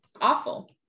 awful